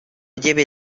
lleve